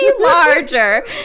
larger